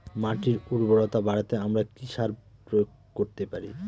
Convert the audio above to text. মাটির উর্বরতা বাড়াতে আমরা কি সার প্রয়োগ করতে পারি?